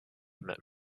met